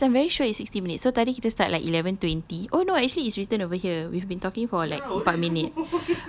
yes I'm very sure it's sixty minutes so tadi kita start like eleven twenty oh no actually it's written over here we've been talking for like empat minit